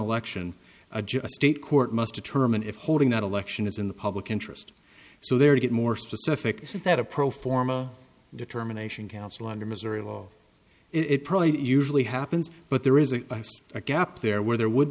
election a just state court must determine if holding that election is in the public interest so their get more specific that a pro forma determination council under missouri law it probably usually happens but there is a gap there where there would